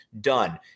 done